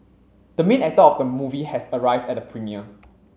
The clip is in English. the main actor of the movie has arrived at the premiere